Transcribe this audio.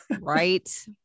Right